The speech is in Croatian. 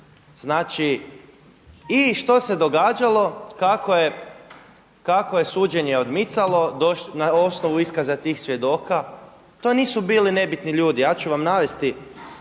i što se događalo? Kako je suđenje odmicalo na osnovu iskaza tih svjedoka to nisu bili nebitni ljudi. Ja ću vam navesti